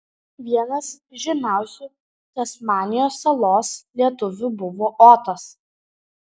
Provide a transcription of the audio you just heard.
vienas žymiausių tasmanijos salos lietuvių buvo otas